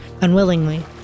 unwillingly